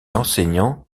enseignant